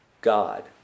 God